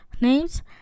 names